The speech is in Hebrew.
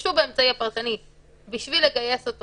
ישתמשו באמצעי הפרטני בשביל לגייס אותו